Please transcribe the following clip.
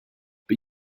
but